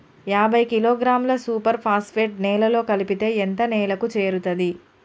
యాభై కిలోగ్రాముల super phosphate నేలలో కలిపితే ఎంత నేలకు చేరుతది?